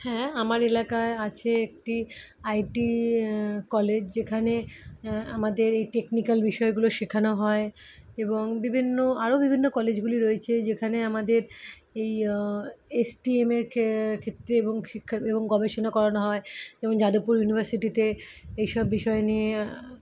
হ্যাঁ আমার এলাকায় আছে একটি আই টি কলেজ যেখানে আমাদের এই টেকনিক্যাল বিষয়গুলো শেখানো হয় এবং বিভিন্ন আরও বিভিন্ন কলেজগুলি রয়েছে যেখানে আমাদের এই এস টি এম এর খে ক্ষেত্রে এবং শিক্ষা এবং গবেষণা করানো হয় এবং যাদবপুর ইউনিভার্সিটিতে এই সব বিষয় নিয়ে